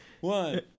one